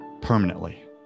permanently